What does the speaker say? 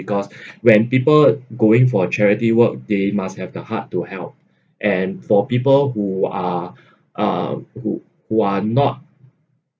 because when people going for charity work they must have the heart to help and for people who are uh who who are not